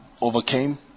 overcame